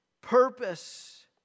purpose